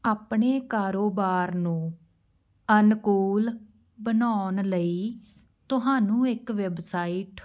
ਆਪਣੇ ਕਾਰੋਬਾਰ ਨੂੰ ਅਨੁਕੂਲ ਬਣਾਉਣ ਲਈ ਤੁਹਾਨੂੰ ਇੱਕ ਵੈੱਬਸਾਈਟ